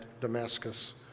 Damascus